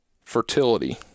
fertility